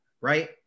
right